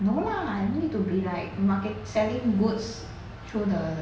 no lah I need to be like market selling goods through the